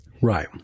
Right